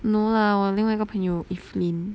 no lah 我另外一个朋友 evelyn